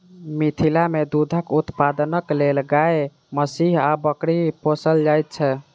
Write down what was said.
मिथिला मे दूधक उत्पादनक लेल गाय, महीँस आ बकरी पोसल जाइत छै